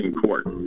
court